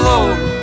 Lord